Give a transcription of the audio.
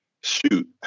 shoot